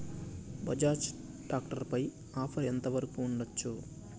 Bajaj tractor పై offer ఎంత వరకు ఉండచ్చు?